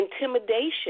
Intimidation